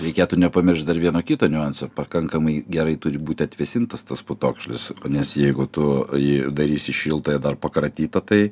reikėtų nepamiršt dar vieno kito niuanso pakankamai gerai turi būti atvėsintas tas putokšlis nes jeigu tu jį darysi šiltą ir dar pakratytą tai